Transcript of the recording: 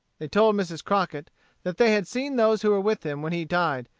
they told mrs. crockett that they had seen those who were with him when he died,